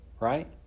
right